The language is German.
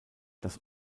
das